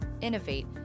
innovate